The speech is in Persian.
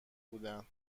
بودن